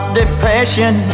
depression